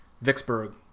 Vicksburg